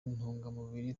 ntungamubiri